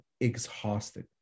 exhausted